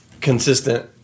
consistent